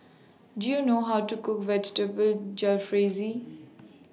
Do YOU know How to Cook Vegetable Jalfrezi